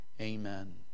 Amen